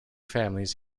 families